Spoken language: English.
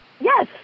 Yes